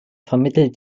vermittelt